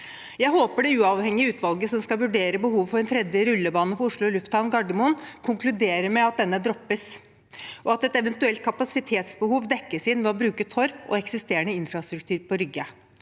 Jeg håper det uavhengige utvalget som skal vurdere behovet for en tredje rullebane på Oslo lufthavn Gardermoen, konkluderer med at denne droppes, og at et eventuelt kapasitetsbehov dekkes inn ved å bruke Torp og eksisterende infrastruktur på Rygge.